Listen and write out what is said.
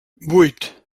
vuit